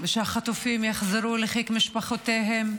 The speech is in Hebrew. ושהחטופים יחזרו לחיק משפחותיהם,